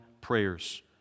prayers